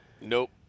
Nope